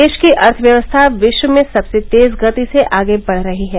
देश की अर्थव्यवस्था विश्व में सबसे तेज गति से आगे बढ़ रही है